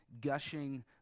gushing